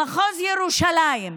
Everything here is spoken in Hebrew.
במחוז ירושלים,